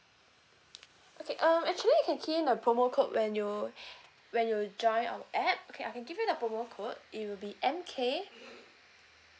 okay um actually you can key in the promo code when you when you join our app okay I can give you the promo code it will be M K